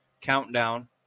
countdown